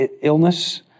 illness